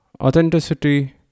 authenticity